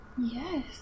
Yes